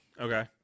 Okay